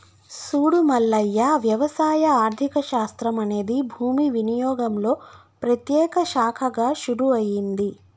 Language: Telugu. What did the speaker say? సూడు మల్లయ్య వ్యవసాయ ఆర్థిక శాస్త్రం అనేది భూమి వినియోగంలో ప్రత్యేక శాఖగా షురూ అయింది